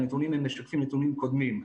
הנתונים אמנם משקפים נתונים קודמים,